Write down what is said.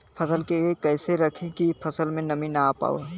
फसल के कैसे रखे की फसल में नमी ना आवा पाव?